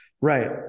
Right